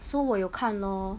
so 我有看 lor